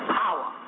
power